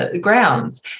grounds